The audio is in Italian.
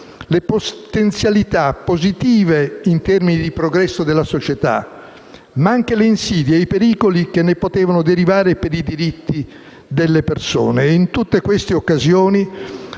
le potenzialità positive in termini di progresso della società, ma anche le insidie e i pericoli che ne potevano derivare per i diritti delle persone. In tutte queste occasioni